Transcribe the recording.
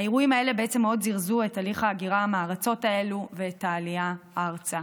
האירועים אלה מאוד זירזו את תהליך ההגירה מארצות אלה ואת העלייה ארצה.